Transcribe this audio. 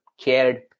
cared